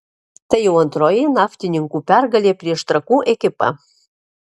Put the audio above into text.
tai jau antroji naftininkų pergalė prieš trakų ekipą